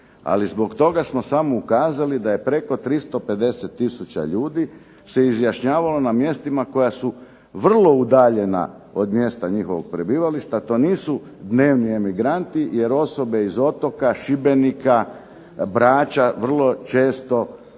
ali zbog toga smo ukazali da je preko 350 tisuća ljudi se izjašnjavalo na mjestima koja su vrlo udaljena od mjesta njihovog prebivališta. To nisu dnevni emigranti, jer osobe iz Otoka, Šibenika, Brača vrlo često se